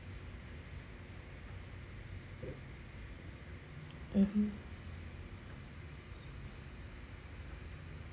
(uh huh)